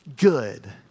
good